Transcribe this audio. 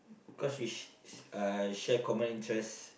cause we sh~ uh share common interests